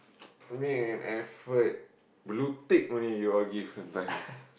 make an effort blue tick only you all give sometimes